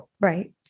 Right